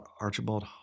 Archibald